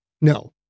No